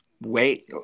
wait